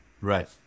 Right